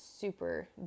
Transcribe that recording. super